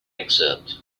excerpt